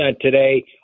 today